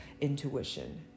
intuition